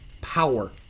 power